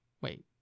Wait